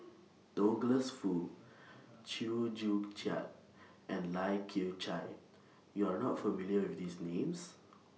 Douglas Foo Chew Joo Chiat and Lai Kew Chai YOU Are not familiar with These Names